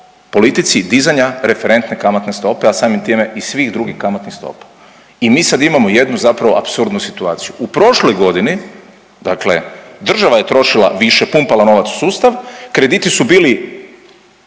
politici dizanja referentne kamatne stope, a samim time i svih drugih kamatnih stopa. I mi sada imamo jednu zapravo apsurdnu situaciju. U prošloj godini dakle država je trošila više, pumpala novac u sustav, krediti su bili